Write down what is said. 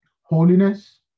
holiness